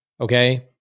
Okay